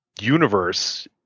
universe